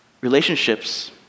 relationships